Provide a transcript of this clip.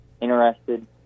interested